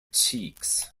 cheeks